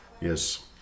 Yes